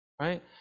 right